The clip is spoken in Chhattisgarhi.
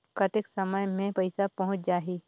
कतेक समय मे पइसा पहुंच जाही?